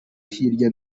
hirya